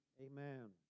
Amen